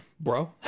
bro